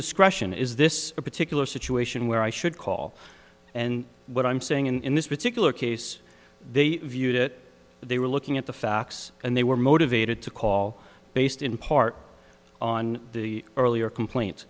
discretion is this a particular situation where i should call and what i'm saying in this particular case they viewed it they were looking at the facts and they were motivated to call based in part on the earlier complaints